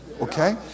Okay